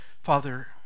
Father